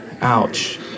ouch